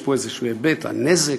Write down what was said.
יש פה איזשהו היבט על נזק,